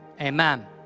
Amen